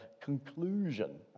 conclusion